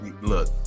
look